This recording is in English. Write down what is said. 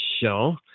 Show